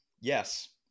yes